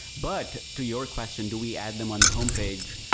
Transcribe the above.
but to your question, do we add them on the homepage?